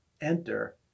enter